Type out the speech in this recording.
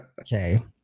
okay